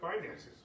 finances